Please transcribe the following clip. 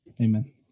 Amen